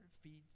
feeds